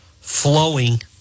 flowing